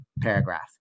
paragraph